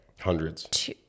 hundreds